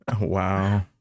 Wow